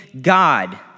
God